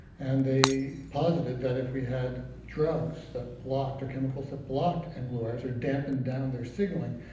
and they posited that if we had drugs that blocked, or chemicals that blocked mglurs or dampened down their signalling,